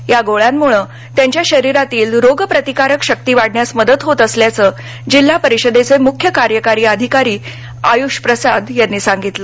या गोळ्यांमुळे त्यांच्या शरीरातील रोगप्रतिकारक शक्ती वाढण्यास मदत होत असल्याचं जिल्हा परिषदेचे मुख्य कार्यकारी अधिकारी आयूष प्रसाद यांनी सांगितलं